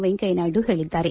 ವೆಂಕಯ್ಕ ನಾಯ್ಡು ಹೇಳಿದ್ದಾರೆ